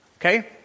Okay